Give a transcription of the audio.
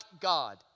God